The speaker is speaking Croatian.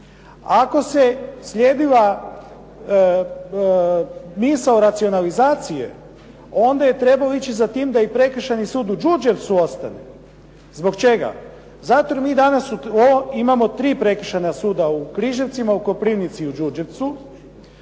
Ako se slijedila misao racionalizacije onda je trebalo ići za tim da i Prekršajni sud u Đurđevcu ostane. Zbog čega? Zato jer mi danas imamo tri prekršajna suda u Koprivnici, u Križevcima i u Đurđevcu